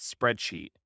spreadsheet